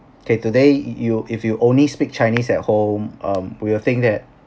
okay today you if you only speak chinese at home um we will think that